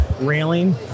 railing